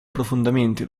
profondamente